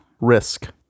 Risk